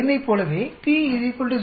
05 ஐப் போலவே p 0